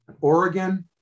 Oregon